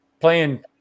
playing